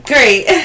Great